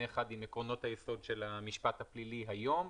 אחד עם עקרונות היסודי של המשפט הפלילי היום.